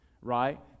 right